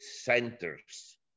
centers